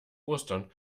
ostern